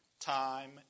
time